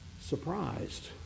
surprised